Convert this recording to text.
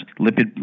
lipid